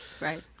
right